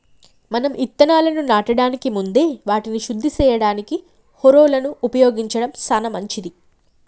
మనం ఇత్తనాలను నాటడానికి ముందే వాటిని శుద్ది సేయడానికి హారొలను ఉపయోగించడం సాన మంచిది